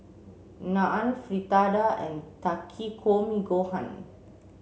Naan Fritada and Takikomi gohan